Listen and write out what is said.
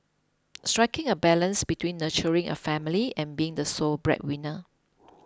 striking a balance between nurturing a family and being the sole breadwinner